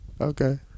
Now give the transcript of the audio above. Okay